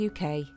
UK